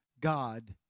God